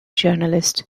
journalist